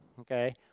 okay